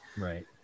right